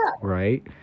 Right